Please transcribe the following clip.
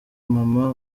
mama